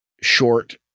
Short